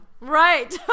Right